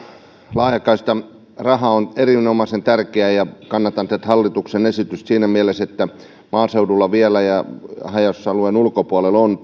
laajakaistaraha on erinomaisen tärkeä ja kannatan tätä hallituksen esitystä siinä mielessä että maaseudulla ja haja asutusalueella on